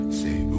say